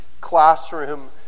classroom